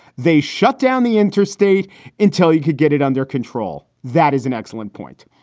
they shut down the interstate until you could get it under control. that is an excellent point.